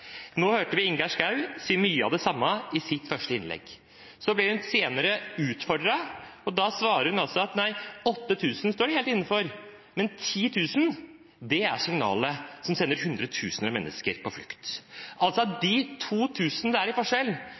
Nå hørte vi Ingjerd Schou si mye av det samme i sitt første innlegg. Senere ble hun utfordret, og da svarte hun: 8 000 står de helt inne for, men 10 000 er signalet som sender hundretusener av mennesker på flukt. De 2 000 som er forskjellen mellom det